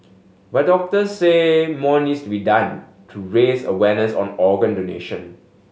but doctors say more needs to be done to raise awareness on organ donation